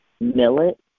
millet